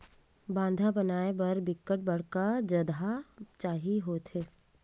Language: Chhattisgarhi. बांधा बनाय बर बिकट बड़का जघा चाही होथे